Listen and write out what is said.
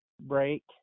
break